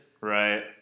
Right